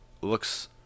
Looks